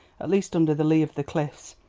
at least under the lee of the cliffs.